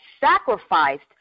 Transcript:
sacrificed